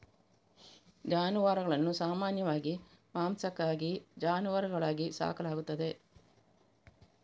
ಜಾನುವಾರುಗಳನ್ನು ಸಾಮಾನ್ಯವಾಗಿ ಮಾಂಸಕ್ಕಾಗಿ ಜಾನುವಾರುಗಳಾಗಿ ಸಾಕಲಾಗುತ್ತದೆ